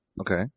Okay